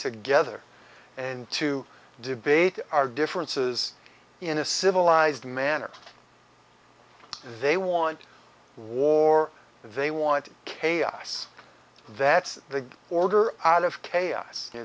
together and to debate our differences in a civilized manner they want war they want chaos that's the order out of chaos